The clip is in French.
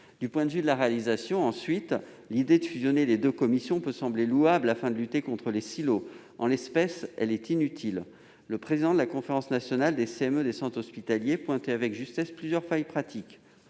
Du point de vue de la réalisation, ensuite, l'idée de fusionner les deux commissions peut sembler louable pour lutter contre les silos ; en l'espèce, elle est inutile. Le président de la conférence nationale des CME des centres hospitaliers pointe avec justesse plusieurs failles pratiques